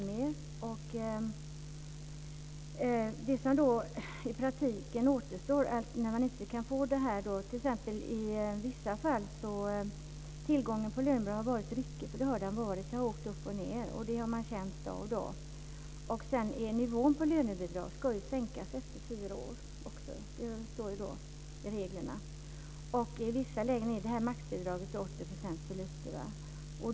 Man kunde kanske titta lite mer på detta. Tillgången på lönebidrag har varit ryckig. Det har åkt upp och ned, och det har man känt av. Nivån på lönebidraget ska ju sänkas efter fyra år. Det står i reglerna. I vissa lägen är maxbidraget på 80 % för lite.